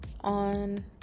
on